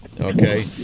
Okay